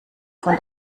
von